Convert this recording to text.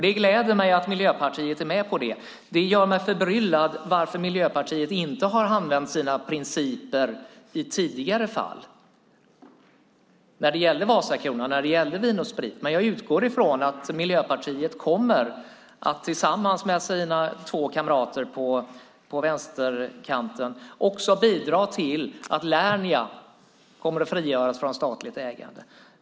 Det gläder mig att Miljöpartiet är med på det. Det gör mig förbryllad att Miljöpartiet inte har använt sina principer i tidigare fall, när det gällde Vasakronan och Vin & Sprit, men jag utgår från att Miljöpartiet tillsammans med sina två kamrater på vänsterkanten också kommer att bidra till att Lernia kommer att frigöras från statligt ägande.